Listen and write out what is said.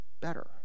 better